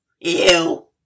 Ew